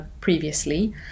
previously